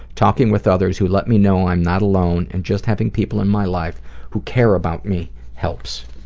talking with others who let me know i'm not alone and just having people in my life who care about me helps.